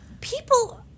people